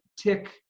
tick